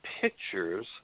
pictures